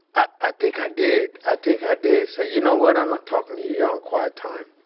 i i think i did. i think i did say, you know what? i'm not talking to you. you're on quiet time.